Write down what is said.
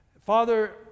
Father